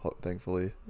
thankfully